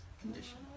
condition